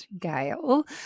Gail